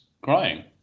crying